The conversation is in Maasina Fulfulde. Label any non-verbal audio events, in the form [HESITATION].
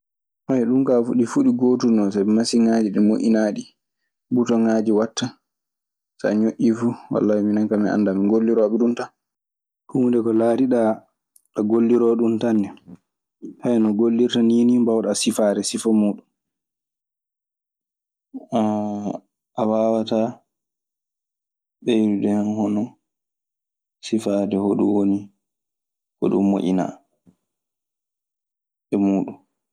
[HESITATION] ɗum kaa ɗi fuu ɗi gootum no. Sabi masinŋaaji ɗi moƴƴinaaɗi butoŋaaji, so a ñoƴƴii fuu; wallay minenka min anndaa. Min ngolliroo ɓe ɗum tan. Huunde ko laatiɗaa a golliroowo ɗun tan ne. [HESITATION] no gollirta nii ni mbaawɗaa sifaade sifa muuɗun.